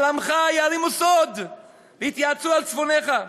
על עמך יערימו סוד ויתייעצו על צפוניך.